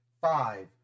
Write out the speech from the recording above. five